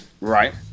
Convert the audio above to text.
Right